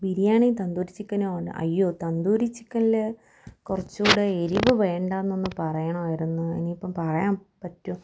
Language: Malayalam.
ബിരിയാണി തന്തൂരി ചിക്കനുണ്ട് അയ്യോ തന്തൂരി ചിക്കനിൽ കുറച്ചു കൂടി എരിവു വേണ്ടാ എന്നൊന്നു പറയണമായിരുന്നു ഇനിയിപ്പം പറയാൻ പറ്റുമോ